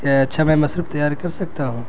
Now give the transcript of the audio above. یہ اچھا میں مشروب تیار کر سکتا ہوں